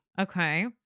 Okay